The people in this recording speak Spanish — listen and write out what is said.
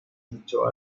dicho